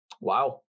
Wow